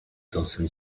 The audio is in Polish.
dąsem